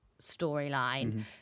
storyline